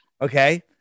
Okay